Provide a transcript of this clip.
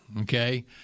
Okay